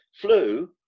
Flu